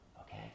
Okay